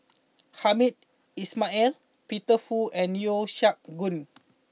Hamed Ismail and Peter Fu and Yeo Siak Goon